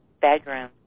bedroom